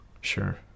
Sure